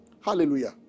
Hallelujah